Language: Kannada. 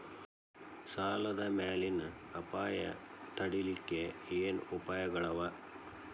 ಸಾಲದ್ ಮ್ಯಾಲಿನ್ ಅಪಾಯ ತಡಿಲಿಕ್ಕೆ ಏನ್ ಉಪಾಯ್ಗಳವ?